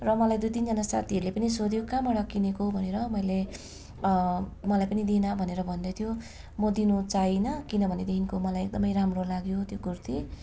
र मलाई दुई तिनजना साथीहरूले पनि सोध्यो कहाँबाट किनेको भनेर मैले मलाई पनि देन भनेर भन्दै थियो म दिनु चाहेन किनभने देखिको मलाई एकदमै राम्रो लाग्यो त्यो कुर्ती